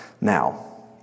Now